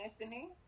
Anthony